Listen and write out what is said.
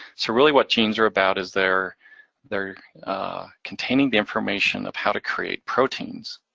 so really what genes are about is they're they're containing the information of how to create proteins.